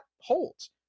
holds